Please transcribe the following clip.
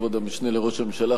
כבוד המשנה לראש הממשלה,